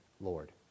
Lord